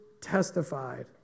testified